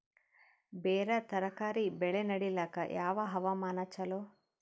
ಬೇರ ತರಕಾರಿ ಬೆಳೆ ನಡಿಲಿಕ ಯಾವ ಹವಾಮಾನ ಚಲೋ?